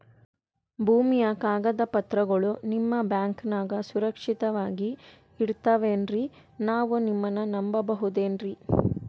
ಭೂಮಿಯ ಕಾಗದ ಪತ್ರಗಳು ನಿಮ್ಮ ಬ್ಯಾಂಕನಾಗ ಸುರಕ್ಷಿತವಾಗಿ ಇರತಾವೇನ್ರಿ ನಾವು ನಿಮ್ಮನ್ನ ನಮ್ ಬಬಹುದೇನ್ರಿ?